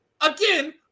Again